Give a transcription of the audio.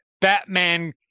Batman